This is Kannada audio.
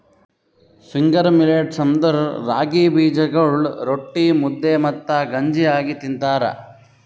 ಫಿಂಗರ್ ಮಿಲ್ಲೇಟ್ಸ್ ಅಂದುರ್ ರಾಗಿ ಬೀಜಗೊಳ್ ರೊಟ್ಟಿ, ಮುದ್ದೆ ಮತ್ತ ಗಂಜಿ ಆಗಿ ತಿಂತಾರ